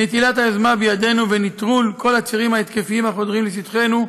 נטילת היוזמה לידנו ונטרול כל הצירים ההתקפיים החודרים לשטחנו,